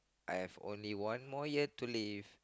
I have only one more year to live